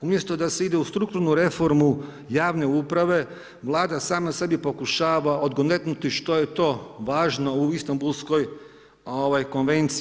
Umjesto da se ide u strukturnu reformu javne uprave, Vlada sama sebi pokušava odgonetnuti što je to važno u Istambulskoj konvenciji.